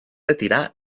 retirar